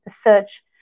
search